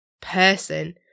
person